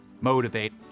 motivate